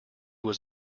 was